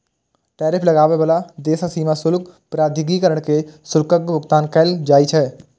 tariff लगाबै बला देशक सीमा शुल्क प्राधिकरण कें शुल्कक भुगतान कैल जाइ छै